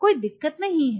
कोई दिक्कत नहीं है